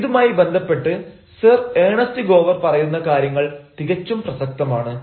ഇതുമായി ബന്ധപ്പെട്ട് Sir Ernest Gower പറയുന്ന കാര്യങ്ങൾ തികച്ചും പ്രസക്തമാണ്